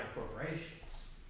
corporations